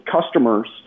customers